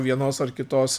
vienos ar kitos